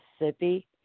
Mississippi